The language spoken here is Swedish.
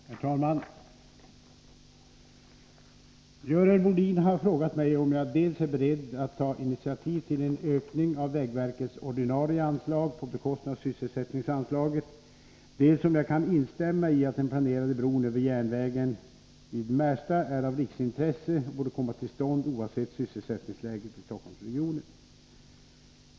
Herr talman! Görel Bohlin har frågat mig dels om jag är beredd att ta initiativ till en ökning av vägverkets ordinarie anslag på bekostnad av sysselsättningsanslaget, dels om jag kan instämma i att den planerade bron över järnvägen vid Märsta är av riksintresse och borde komma till stånd oavsett sysselsättningsläget i Stockholmsregionen.